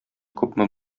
күпме